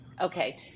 Okay